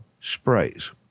sprays